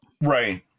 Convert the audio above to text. right